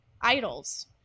idols